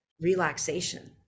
relaxation